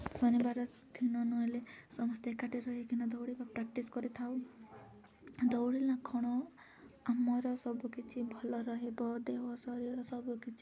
ଶନିବାର ଦିନ ନହେଲେ ସମସ୍ତେ ଏକାଠି ରହିକିନା ଦୌଡ଼ିବା ପ୍ରାକ୍ଟିସ୍ କରିଥାଉ ଦୌଡ଼ିଲା କ'ଣ ଆମର ସବୁକିଛି ଭଲ ରହିବ ଦେହ ଶରୀର ସବୁକିଛି